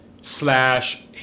slash